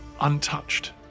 untouched